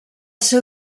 seu